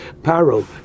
Paro